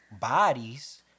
bodies